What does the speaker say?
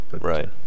Right